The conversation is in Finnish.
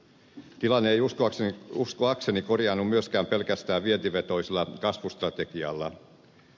tilanne ei uskoakseni korjaannu myöskään pelkästään vientivetoisella kasvustrategialla